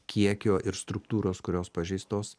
kiekio ir struktūros kurios pažeistos